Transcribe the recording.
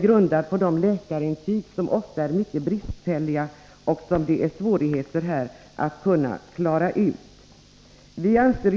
grundval av läkarintyg som ofta är mycket bristfälliga avgöra hur nedsatt arbetsförmågan är.